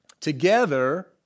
Together